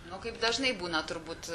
nu kaip dažnai būna turbūt